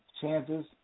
chances